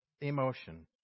emotion